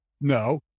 no